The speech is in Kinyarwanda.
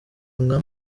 nka